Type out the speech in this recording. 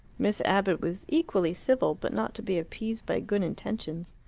miss abbott was equally civil, but not to be appeased by good intentions.